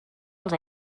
els